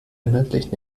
inhaltlich